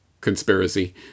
conspiracy